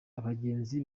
abagenzi